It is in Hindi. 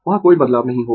वहां कोई बदलाव नहीं होगा